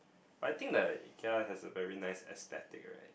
but I think the Ikea has a very nice aesthetic right